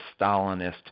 Stalinist